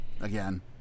again